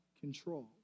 control